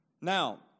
Now